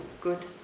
good